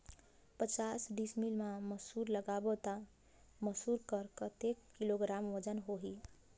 पचास डिसमिल मा मसुर लगाबो ता मसुर कर कतेक किलोग्राम वजन होही?